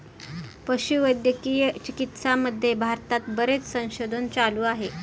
पशुवैद्यकीय चिकित्सामध्ये भारतात बरेच संशोधन चालू आहे